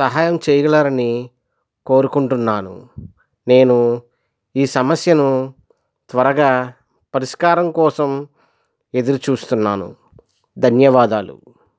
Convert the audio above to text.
సహాయం చేయగలరని కోరుకుంటున్నాను నేను ఈ సమస్యను త్వరగా పరిష్కారం కోసం ఎదురుచూస్తున్నాను ధన్యవాదాలు